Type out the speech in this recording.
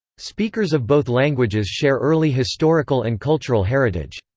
speakers of both languages share early historical and cultural heritage.